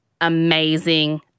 amazing